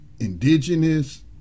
Indigenous